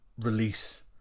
Release